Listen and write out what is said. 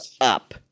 up